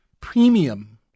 premium